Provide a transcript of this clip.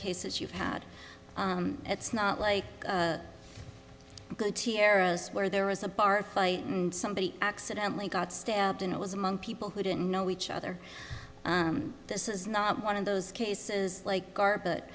cases you've had it's not like a good tea arrows where there was a bar fight and somebody accidentally got stabbed and it was among people who didn't know each other this is not one of those cases like garbut